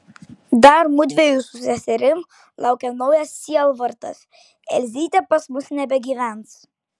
dar mudviejų su seserim laukia naujas sielvartas elzytė pas mus nebegyvens